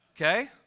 okay